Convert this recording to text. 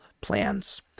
plans